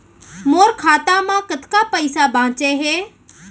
मोर खाता मा कतका पइसा बांचे हे?